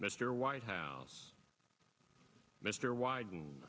mr white house mr wyden